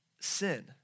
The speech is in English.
sin